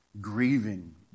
grieving